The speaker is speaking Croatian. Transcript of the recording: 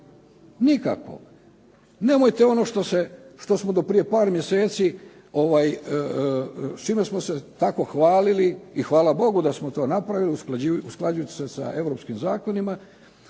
nikako. Nemojte ono što smo do prije par mjeseci, s čime smo se tako hvalili i hvala Bogu da smo to napravili usklađujući se sa europskim zakonima,